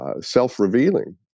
self-revealing